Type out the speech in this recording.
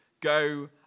go